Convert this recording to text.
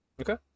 okay